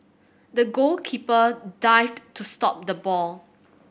the goalkeeper dived to stop the ball